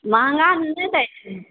महँगा ने ने दै छी